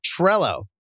Trello